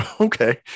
Okay